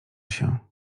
się